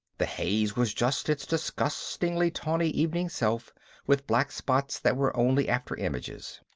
the haze was just its disgustingly tawny evening self with black spots that were only after-images.